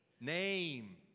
Name